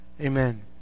Amen